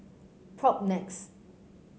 Propnex